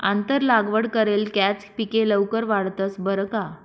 आंतर लागवड करेल कॅच पिके लवकर वाढतंस बरं का